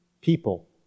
people